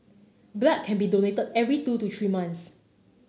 blood can be donated every two to three months